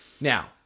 Now